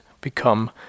become